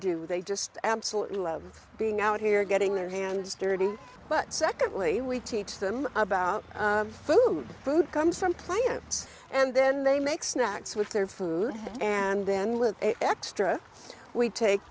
do they just absolutely love being out here getting their hands dirty but secondly we teach them about food food comes from plaintiffs and then they make snacks with their food and then with extra we take